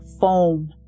foam